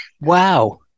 Wow